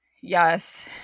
yes